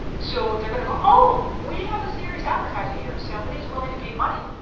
so they're going to go, oh, we have a serious advertiser here. somebody who's willing to pay money,